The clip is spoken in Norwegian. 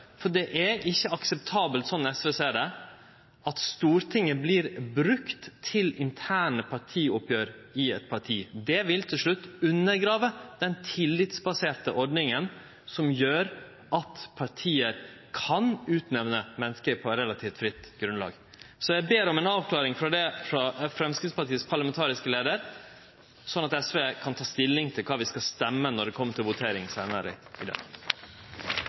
for det er ikkje akseptabelt, slik som SV ser det, at Stortinget vert brukt til interne partioppgjer i eit parti. Det vil til slutt undergrave den tillitsbaserte ordninga som gjer at parti kan utnemne menneske på eit relativt fritt grunnlag. Så eg ber om ei avklaring av det frå den parlamentariske leiaren i Framstegspartiet, slik at SV kan ta stilling til kva vi skal stemme når det vert votering seinare i dag.